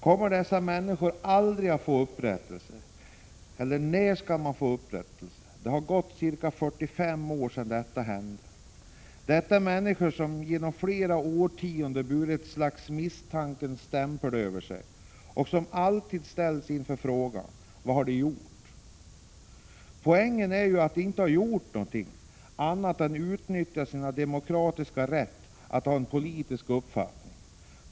Kommer dessa människor aldrig att få upprättelse, eller när skall de få upprättelse? Det har gått ca 45 år sedan detta hände. Det rör sig om människor som under flera årtionden haft ett slags misstankens stämpel och som alltid ställts inför frågan vad de har gjort. Poängen är ju att de inte har gjort något annat än utnyttjat sin demokratiska rätt att ha en politisk uppfattning.